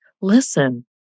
Listen